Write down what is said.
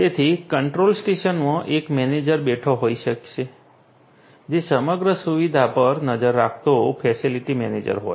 તેથી કંટ્રોલ સ્ટેશનમાં એક મેનેજર બેઠો હોઈ શકે જે સમગ્ર સુવિધા પર નજર રાખતો ફેસિલિટી મેનેજર હોય